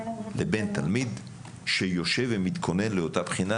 לבין תלמיד שיושב ומתכונן לאותה בחינה